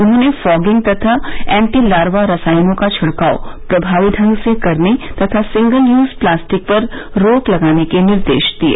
उन्होंने फागिंग तथा anti larva रसायनों का छिड़काव प्रभावी ढंग से करने तथा सिंगल यूज प्लास्टिक पर रोक लगाने के निर्देश दिये